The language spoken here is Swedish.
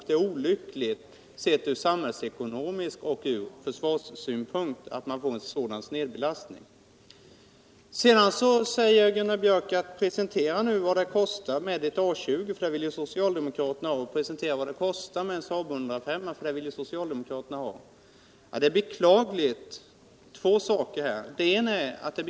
Det är olyckligt sett från samhällsekonomisk synpunkt och från försvarssynpunkt att man får en sådan snedbelastning. Sedan säger Gunnar Björk: Presentera nu vad A 20 och Saab 105 kostar —- de flygplanstyperna vill ni socialdemokrater ju ha! Det är i det sammanhanget två beklagliga förhållanden att notera.